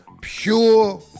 pure